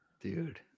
dude